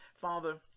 father